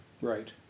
Right